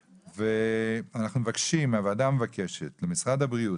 אנחנו בית ל-3,700 בני משפחה ותודה לאדון שדיבר לפניי,